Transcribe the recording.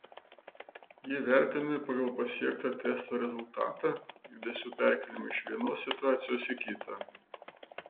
jie vertinami pagal pasiektą testo rezultatą judesių perkėlimą iš vienos situacijos į kitą